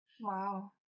Wow